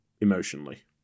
emotionally